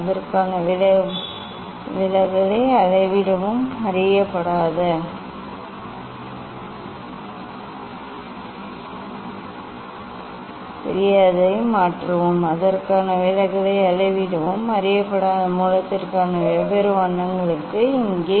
அதற்கான விலகலை அளவிடவும் அறியப்படாத மூலத்திற்காக வெவ்வேறு வண்ணங்களுக்கு இங்கே